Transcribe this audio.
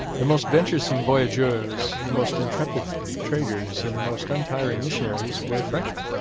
the most venturesome voyageurs, the most intrepid traders, and the most untiring missionaries were frenchmen.